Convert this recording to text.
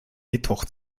mittwoch